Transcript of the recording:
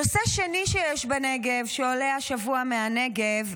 נושא שני שיש בנגב, שעולה השבוע מהנגב,